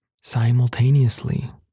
Simultaneously